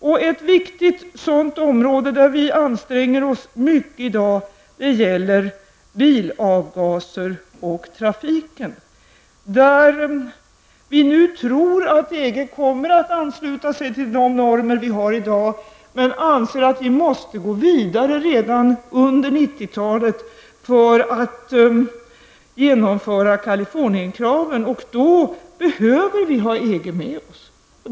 Ett sådant viktigt område där Sverige anstränger sig mycket i dag är bilavgaser och trafiken. Vi tror nu att EG kommer att ansluta sig till de normer vi har i dag i Sverige. Men jag anser att vi måste gå vidare redan under 90-talet för att genomföra Kalifornienkraven, och då behöver vi ha EG med oss.